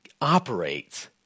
operates